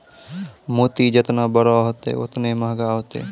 मोती जेतना बड़ो होतै, ओतने मंहगा होतै